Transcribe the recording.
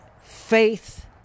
faith